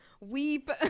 weep